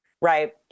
Right